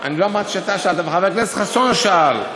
לא אמרתי שאתה שאלת, חבר הכנסת חסון שאל.